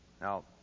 Now